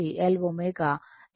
2 Henry ω 40 మరియు C 0